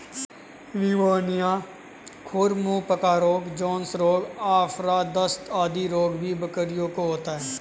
pneumonia, खुर मुँह पका रोग, जोन्स रोग, आफरा, दस्त आदि रोग भी बकरियों को होता है